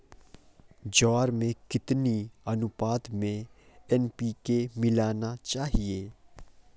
ज्वार में कितनी अनुपात में एन.पी.के मिलाना चाहिए?